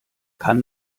kann